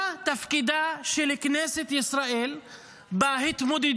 מה תפקידה של כנסת ישראל בהתמודדות